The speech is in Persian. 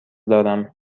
دارم